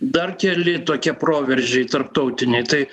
dar keli tokie proveržiai tarptautiniai tai